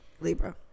Libra